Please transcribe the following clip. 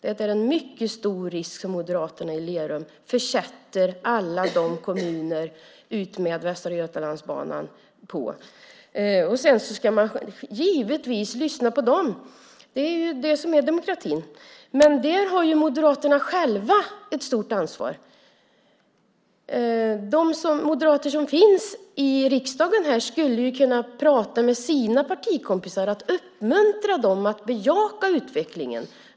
Det är en mycket stor risk som moderaterna i Lerum nu försätter alla kommuner utmed Västra stambanan i. Givetvis ska man lyssna på dem. Det är det som är demokrati. Men Moderaterna har själva ett stort ansvar. De moderater som finns här i riksdagen skulle kunna prata med sina partikompisar och uppmuntra dem att bejaka utvecklingen.